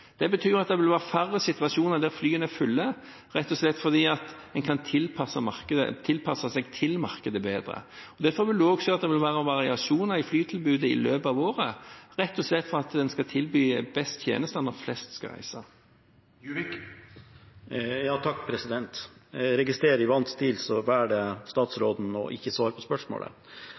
Det betyr at det vil være færre situasjoner der flyene er fulle, rett og slett fordi en kan tilpasse seg bedre til markedet. Det fører også til at det vil være variasjon i flytilbudet i løpet av året – rett og slett for at en skal tilby best tjenester når flest skal reise. Jeg registrerer at statsråden i vant stil velger ikke å svare på spørsmålet.